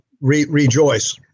Rejoice